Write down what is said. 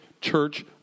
church